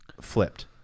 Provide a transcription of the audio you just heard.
flipped